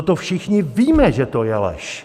To všichni víme, že to je lež!